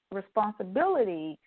responsibility